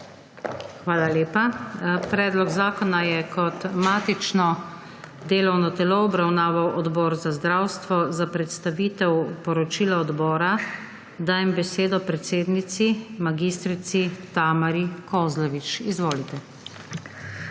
Hvala lepa. Predlog zakona je kot matično delovno telo obravnaval Odbor za zdravstvo. Za predstavitev poročila odbora dajem besedo predsednici mag. Tamari Kozlovič. Izvolite.